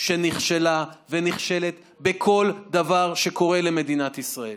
שנכשלה ונכשלת בכל דבר שקורה למדינת ישראל,